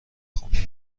خونه